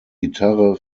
gitarre